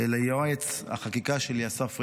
ליועץ החקיקה שלי אסף רעני,